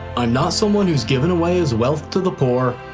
i'm not someone who's given away his wealth to the poor.